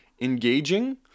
engaging